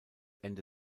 ende